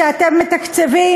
כשאתם מתקצבים,